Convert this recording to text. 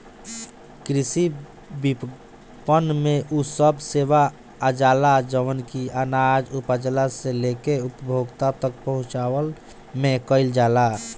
कृषि विपणन में उ सब सेवा आजाला जवन की अनाज उपजला से लेके उपभोक्ता तक पहुंचवला में कईल जाला